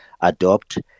adopt